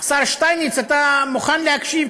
השר שטייניץ, אתה מוכן להקשיב?